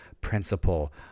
principle